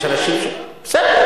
יש אנשים, זה פותר את העניין.